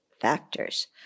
factors